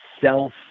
self